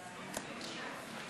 הצעת החוק לא